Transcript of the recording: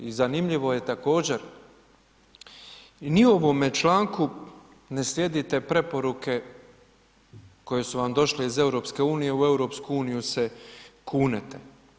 I zanimljivo je također ni u ovome članku ne slijedite preporuke koje su vam došle iz EU, u EU se kunete.